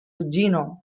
gnome